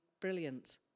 brilliant